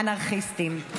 "אנרכיסטים".